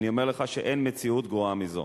אני אומר לך שאין מציאות גרועה מזו.